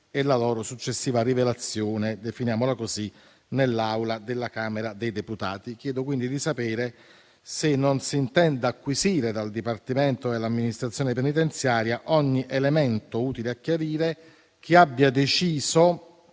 e la loro successiva "rivelazione" - la definiamo così - nell'Aula della Camera dei deputati. Chiedo quindi di sapere se non si intenda acquisire dal Dipartimento dell'amministrazione penitenziaria ogni elemento utile a chiarire chi abbia deciso